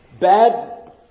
bad